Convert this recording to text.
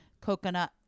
coconut